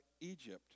Egypt